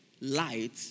light